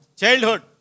childhood